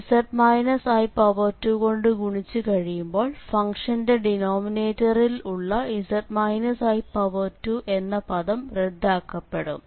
z i2 കൊണ്ട് ഗുണിച്ചു കഴിമ്പോൾ ഫംഗ്ഷന്റെ ഡിനോമിനേറ്ററിൽ ഉള്ള z i2 എന്ന പദം റദാക്കപ്പെടും